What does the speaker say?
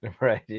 Right